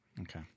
Okay